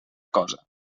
cosa